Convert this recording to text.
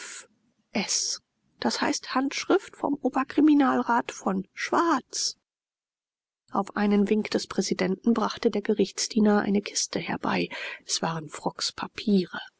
das heißt handschrift vom oberkriminalrat von schwarz auf einen wink des präsidenten brachte der gerichtsdiener eine kiste herbei es waren frocks papiere